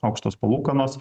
aukštos palūkanos